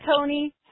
Tony